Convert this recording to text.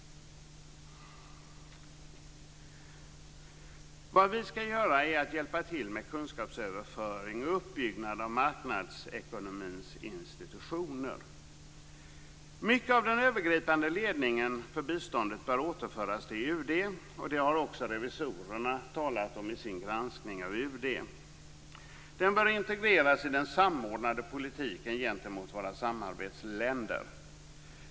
Vad vi skall göra är att hjälpa till med kunskapsöverföring och uppbyggnad av marknadsekonomins institutioner. Mycket av den övergripande ledningen för biståndet bör återföras till UD. Det har också revisorerna talat om i sin granskning av UD. Den bör integreras i den samordnade politiken gentemot våra samarbetsländer.